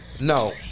no